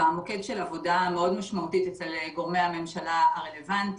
במוקד של עבודה מאוד משמעותית אצל גורמי הממשלה הרלוונטיים.